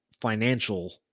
financial